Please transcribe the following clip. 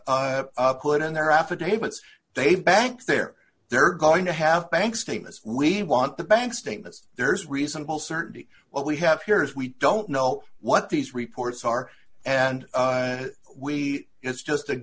put in their affidavits they bank there they're going to have bank statements we want the bank statements there's reasonable certainty what we have here is we don't know what these reports are and we it's just a